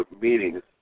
meetings